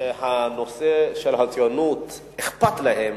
שאכפת להם